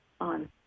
on